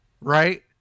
right